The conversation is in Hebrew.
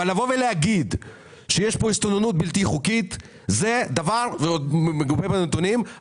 אבל לבוא ולהגיד שיש פה הסתננות בלתי חוקית ועוד מגובה בנתונים,